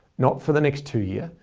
not for the next two years,